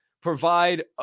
provide